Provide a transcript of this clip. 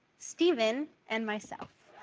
stephen and myself.